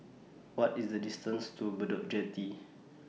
What IS The distance to Bedok Jetty